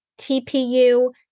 TPU